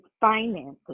finances